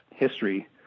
history